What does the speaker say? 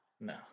No